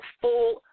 full